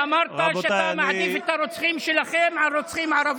רוצים לחסל את המדינה, ולא ניתן לכם.